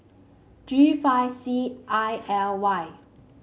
G five C I L Y